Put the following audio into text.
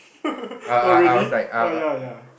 oh really oh ya ya